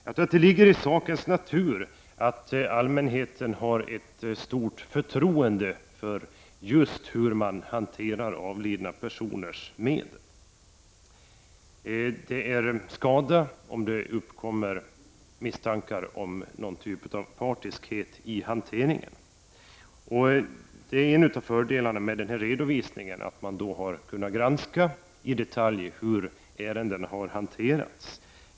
Jag tror att det ligger i sakens natur att allmänheten måste ha ett stort förtroende just för hur man hanterar avlidna personers medel. Det är till skada om det uppkommer misstankar om någon typ av partiskhet i hanteringen. En av fördelarna med denna redovisning är att man i detalj har kunnat granska hur ärendena har hanterats.